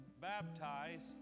baptize